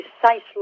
precisely